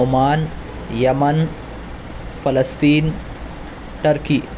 Oman یمن فلسطین Turkey